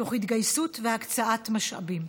תוך התגייסות והקצאת משאבים.